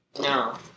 No